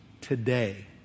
today